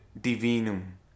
divinum